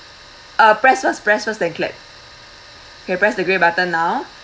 uh press first press first then click okay press the grey button now